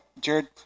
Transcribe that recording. Jared